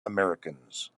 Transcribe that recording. americans